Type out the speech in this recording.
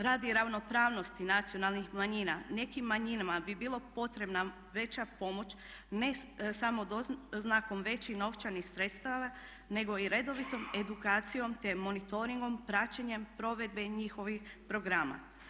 Radi ravnopravnosti nacionalnih manjina nekim manjinama bi bila potrebna veća pomoć ne samo doznakom većih novčanih sredstava nego i redovitom edukacijom te monitoringom, praćenjem provedbe njihovih programa.